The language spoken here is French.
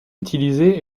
utilisée